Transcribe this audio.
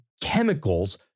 chemicals